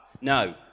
no